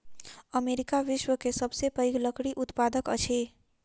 America विश्व के सबसे पैघ लकड़ी उत्पादक अछि